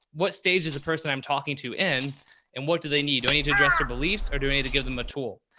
what stage is the person i'm talking to in and what do they need, do i need to address their beliefs or do i need to give them a tool?